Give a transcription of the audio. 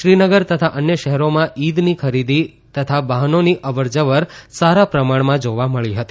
શ્રીનગર તથા અન્ય શહેરોમાં ઇદની ખરીદી તથા વાહનોની અવર જવર સારા પ્રમાણમાં જાવા મળી હતી